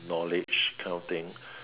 knowledge kind of thing